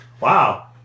Wow